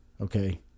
Okay